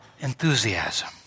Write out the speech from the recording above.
enthusiasm